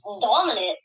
dominant